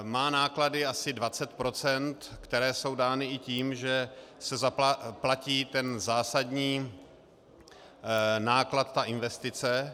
Má náklady asi 20 %, které jsou dány i tím, že se platí ten zásadní náklad, ta investice.